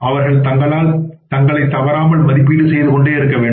அவர்கள் தங்களைத் தவறாமல் மதிப்பீடு செய்து கொண்டே இருக்க வேண்டும்